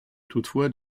toutefois